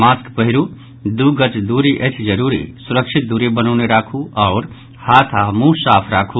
mask पहिरू दू गज दूरी अछि जरूरी सुरक्षित दूरी बनौने राखू आ हाथ आ मुंह साफ राखू